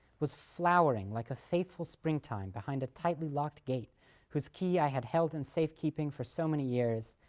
was flowering like a faithful springtime behind a tightly locked gate whose key i had held in safekeeping for so many years,